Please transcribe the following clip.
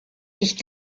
ich